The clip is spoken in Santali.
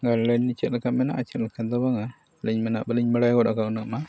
ᱫᱚ ᱪᱮᱫ ᱞᱮᱠᱟ ᱢᱮᱱᱟᱜᱼᱟ ᱪᱮᱫ ᱞᱮᱠᱟ ᱫᱚ ᱵᱟᱝᱟ ᱟᱹᱞᱤᱧ ᱢᱟ ᱱᱟᱦᱟᱜ ᱵᱟᱹᱞᱤᱧ ᱵᱟᱲᱟᱭ ᱜᱚᱫ ᱟᱠᱟᱫᱼᱟ ᱩᱱᱟᱹᱜ ᱢᱟ